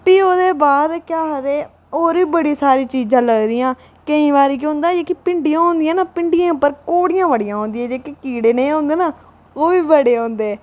भी ओह्दे बाद केह् आखदे होर बी बड़ी सारी चीजां लगदियां केईं बारी केह् होंदा कि जेह्ड़ियां भिंड्डियां होंदियां ना भिंडियें उप्पर कौड़ियां बड़ियां होंदियां जेह्ड़े कीड़े नेह् होंदे ना ओह्बी बड़े होंदे